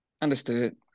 Understood